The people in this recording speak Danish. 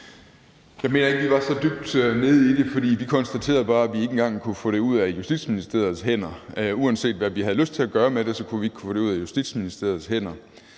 Jeg mener ikke, vi var så dybt nede i det, for vi konstaterede bare, at vi ikke engang kunne få det ud af Justitsministeriets hænder. Uanset hvad vi havde lyst til at gøre med det, kunne vi ikke få det ud af Justitsministeriets hænder.